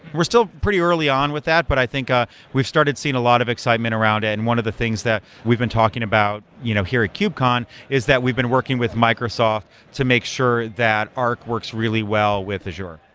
we're still pretty early on with that but i think ah we've started seeing a lot of excitement around it and one of the things that we've been talking about you know here at cube-con is that we've been working with microsoft to make sure that ark works really well with is azure.